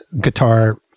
guitar